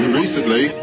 recently